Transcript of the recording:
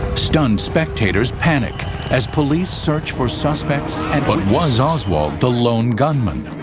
stunned spectators panic as police search for suspects, but was oswald the lone gunman?